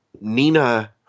Nina –